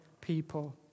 people